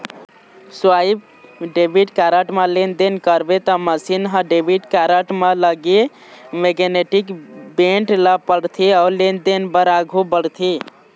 swipe debit card म लेनदेन करबे त मसीन ह डेबिट कारड म लगे मेगनेटिक बेंड ल पड़थे अउ लेनदेन बर आघू बढ़थे